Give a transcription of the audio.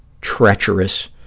treacherous